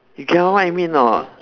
you get what I mean not